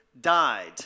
died